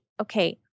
okay